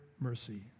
mercy